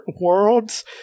worlds